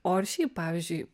o ir šiaip pavyzdžiui